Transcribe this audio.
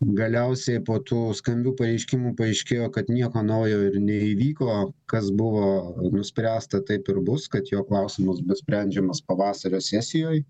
galiausiai po tų skambių pareiškimų paaiškėjo kad nieko naujo ir neįvyko kas buvo nuspręsta taip ir bus kad jo klausimas bus sprendžiamas pavasario sesijoj